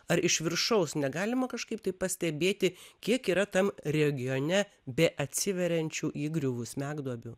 ar iš viršaus negalima kažkaip tai pastebėti kiek yra tam regione beatsiveriančių įgriuvų smegduobių